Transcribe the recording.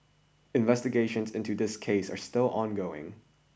investigations into this case are still ongoing